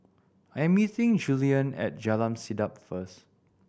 I am meeting Juliann at Jalan Sedap first